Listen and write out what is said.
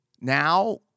Now